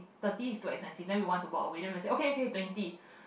thirty is too expensive then we want to walk away then they will say okay okay twenty